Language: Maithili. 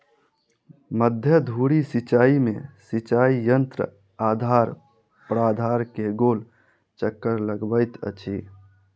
मध्य धुरी सिचाई में सिचाई यंत्र आधार प्राधार के गोल चक्कर लगबैत अछि